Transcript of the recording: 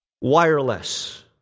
Wireless